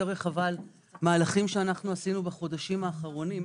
רחבה על מהלכים שעשינו בחודשים האחרונים.